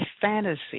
fantasy